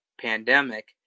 pandemic